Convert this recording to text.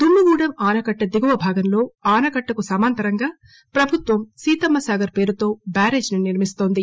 దుమ్ముగూడెం ఆనకట్ట దిగువభాగంలో ఆనకట్టకు సమాంతరంగా ప్రభుత్వం సీతమ్మసాగర్ పేరుతో బ్యారేజ్ ను నిర్మిస్తోంది